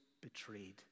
betrayed